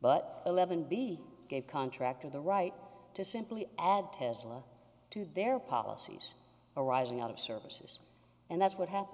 but eleven b gave contractor the right to simply add tesla to their policies arising out of services and that's what happened